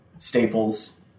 staples